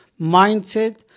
mindset